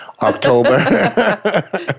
October